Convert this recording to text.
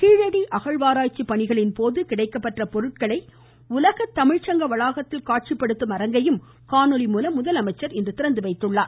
கீழடி அகழ்வராய்ச்சி பணிகளின் போது கிடைக்கப்பெற்ற பொருட்களை உலக தமிழ்ச்சங்க வளாகத்தில் காட்சிபடுத்தும் அரங்கையும் காணொலி மூலம் அவர் இன்று திறந்துவைத்தார்